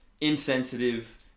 insensitive